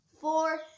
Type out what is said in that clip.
Four